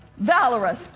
Valorous